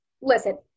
listen